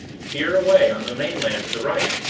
here-away, on the mainland to the right.